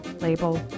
label